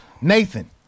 Nathan